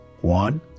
One